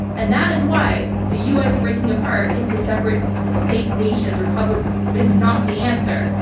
and that is why the us breaking apart into separate state-nations, republics, is not the answer.